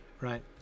right